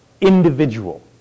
individual